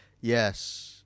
Yes